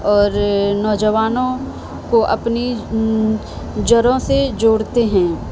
اور نوجوانوں کو اپنی جروں سے جوڑتے ہیں